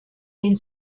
den